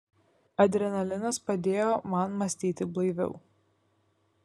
adrenalinas padėjo man mąstyti blaiviau